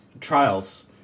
trials